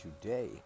today